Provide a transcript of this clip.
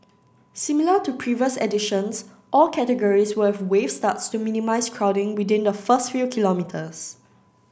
similar to previous editions all categories will have wave starts to minimise crowding within the first few kilometres